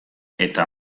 eta